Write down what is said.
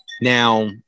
Now